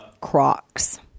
Crocs